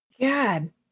God